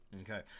okay